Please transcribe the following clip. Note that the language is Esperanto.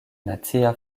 nacia